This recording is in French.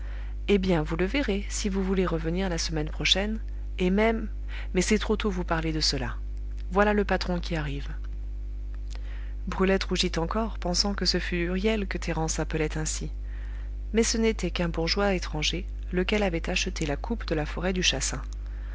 eh bien vous le verrez si vous voulez revenir la semaine prochaine et même mais c'est trop tôt vous parler de cela voilà le patron qui arrive brulette rougit encore pensant que ce fût huriel que thérence appelait ainsi mais ce n'était qu'un bourgeois étranger lequel avait acheté la coupe de la forêt du chassin